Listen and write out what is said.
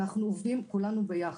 אנחנו עובדים כולנו ביחד,